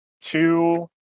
two